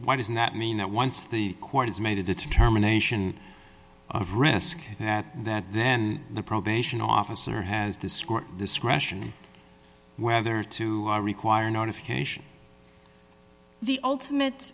why does not mean that once the court has made a determination of risk that that then the probation officer has this court discretion whether to require notification the ultimate